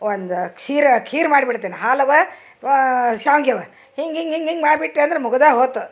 ಒಂದು ಕ್ಷೀರ ಖೀರು ಮಾಡ್ಬಿಡ್ತೇನೆ ಹಾಲವ ಶಾವ್ಗ್ಯವ ಹಿಂಗೆ ಹಿಂಗೆ ಹಿಂಗೆ ಹಿಂಗೆ ಮಾಡ್ಬಿಟ್ಟೆ ಅಂದ್ರ ಮುಗದಾ ಹೋತು